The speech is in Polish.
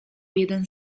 jeden